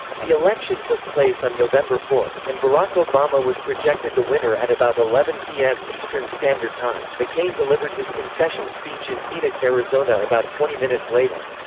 the election took place on november four, and barack obama was projected the winner at about eleven zero pm eastern standard time mccain delivered his concession speech in phoenix, arizona about twenty minutes later.